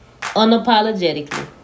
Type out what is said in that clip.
unapologetically